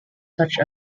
such